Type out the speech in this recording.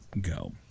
go